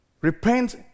repent